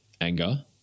anger